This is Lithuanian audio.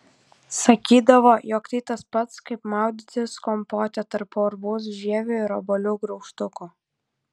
sakydavo jog tai tas pats kaip maudytis kompote tarp arbūzų žievių ir obuolių graužtukų